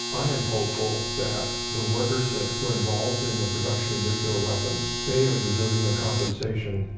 i am hopeful that the workers that were involved in the production of nuclear weapons, they are deserving of compensation.